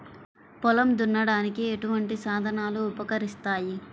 పొలం దున్నడానికి ఎటువంటి సాధనలు ఉపకరిస్తాయి?